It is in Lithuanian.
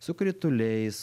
su krituliais